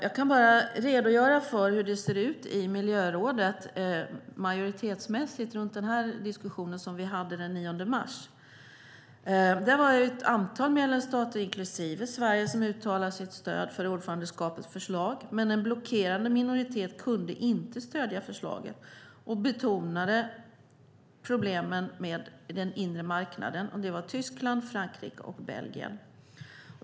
Jag kan bara redogöra för hur det majoritetsmässigt ser ut i miljörådet runt den diskussion som vi hade den 9 mars. Det var ett antal medlemsstater, inklusive Sverige, som uttalade sitt stöd för ordförandeskapets förslag, men en blockerande minoritet kunde inte stödja förslaget och betonade problemen med den inre marknaden. Det var Tyskland, Frankrike och Belgien.